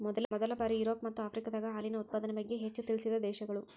ಮೊದಲ ಬಾರಿ ಯುರೋಪ ಮತ್ತ ಆಫ್ರಿಕಾದಾಗ ಹಾಲಿನ ಉತ್ಪಾದನೆ ಬಗ್ಗೆ ಹೆಚ್ಚ ತಿಳಿಸಿದ ದೇಶಗಳು